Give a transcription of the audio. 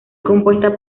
compuesta